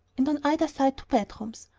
and on either side two bedrooms.